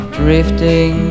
drifting